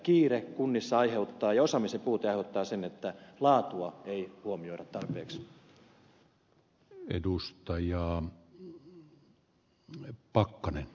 kiire kunnissa ja osaamisen puute aiheuttaa sen että laatua ei huomioida tarpeeksi